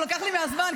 הוא לקח לי מהזמן,